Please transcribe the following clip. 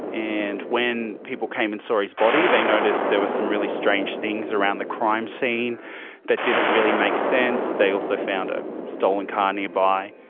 and when people came and saw his body they noticed there were some really strange things around the crime scene that didn't really make sense. they also found a stolen car nearby.